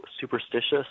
Superstitious